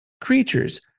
creatures